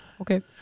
okay